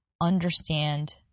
understand